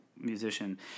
musician